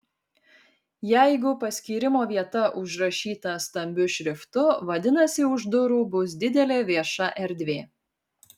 jeigu paskyrimo vieta užrašyta stambiu šriftu vadinasi už durų bus didelė vieša erdvė